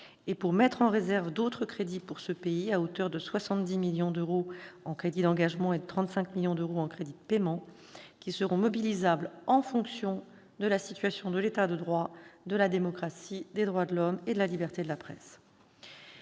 et pour mettre en réserve d'autres crédits destinés à ce pays, à hauteur de 70 millions d'euros en crédits d'engagement et 35 millions d'euros en crédits de paiement, qui seront mobilisables en fonction de la situation de l'État de droit, de la démocratie, des droits de l'homme et de la liberté de la presse.